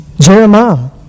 Jeremiah